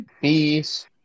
Peace